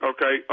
Okay